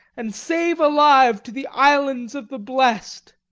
and save alive to the islands of the blest.